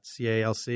calc